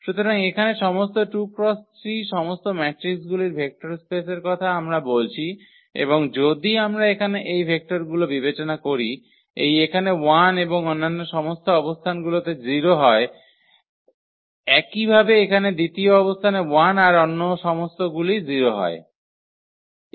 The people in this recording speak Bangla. সুতরাং এখানে সমস্ত 2 × 3 সমস্ত ম্যাট্রিকগুলির ভেক্টর স্পেসের কথা আমরা বলছি এবং যদি আমরা এখানে এই ভেক্টরগুলো বিবেচনা করি এই এখানে 1 এবং অন্যান্য সমস্ত অবস্থানগুলিতে 0 হয় একইভাবে এখানে দ্বিতীয় অবস্থানে 1 আর অন্য সমস্তগুলি 0 হয়